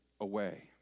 away